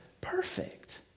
perfect